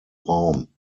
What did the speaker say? raum